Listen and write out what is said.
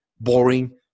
boring